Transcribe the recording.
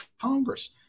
Congress